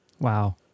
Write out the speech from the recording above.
Wow